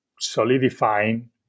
solidifying